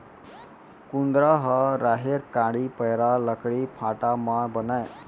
कुंदरा ह राहेर कांड़ी, पैरा, लकड़ी फाटा म बनय